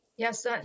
Yes